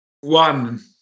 One